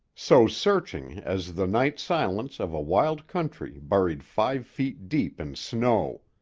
so searching as the night silence of a wild country buried five feet deep in snow.